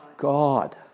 God